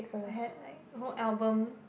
I had like whole album